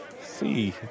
see